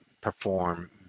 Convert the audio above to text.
perform